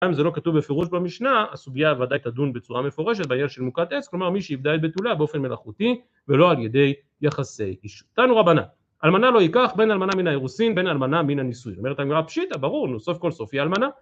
גם אם זה לא כתוב בפירוש במשנה, הסוגיה ודאי תדון בצורה מפורשת בעניין של מוכת עץ, כלומר מי שאיבדה את בתוליה באופן מלאכותי, ולא על ידי יחסי אישות. תנו רבנן, אלמנה לא ייקח, בין אלמנה מן האירוסין ובין אלמנה מן הנישואין. אומרת הגמרא, פשיטא, ברור, נו סוף כל סוף היא אלמנה